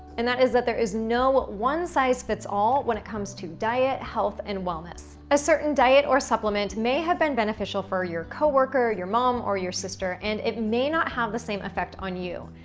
and that is that there is no one size fits all when it comes to diet, health, and wellness. a certain diet or supplement may have been beneficial for your coworker, your mom, or your sister, and it may not have the same effect on you.